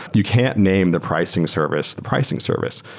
you can't name the pricing service the pricing service,